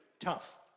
tough